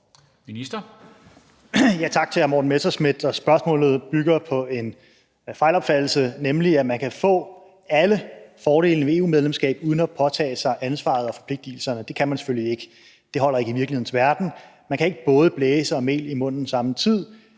Tak til hr. Morten Messerschmidt, og spørgsmålet bygger på en fejlopfattelse, nemlig at man kan få alle fordelene ved et EU-medlemskab uden at påtage sig ansvaret og forpligtigelserne, og det kan man selvfølgelig ikke. Det holder ikke i virkelighedens verden – man kan ikke både blæse og have mel i munden på samme tid.